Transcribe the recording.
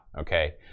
Okay